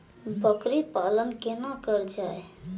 बकरी पालन केना कर जाय?